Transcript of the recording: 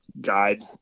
guide